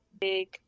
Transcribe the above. big